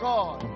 God